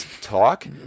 talk